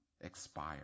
expire